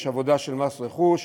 יש עבודה של מס רכוש,